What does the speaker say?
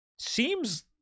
seems